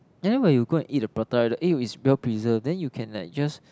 and then when you go and eat the prata right the egg yolk is well preserved then you can like just